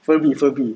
furby furby